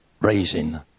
raising